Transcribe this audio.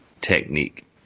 technique